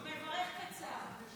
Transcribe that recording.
הוא מברך קצר.